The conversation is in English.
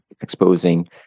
exposing